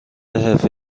حرفه